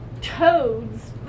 toads